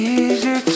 easy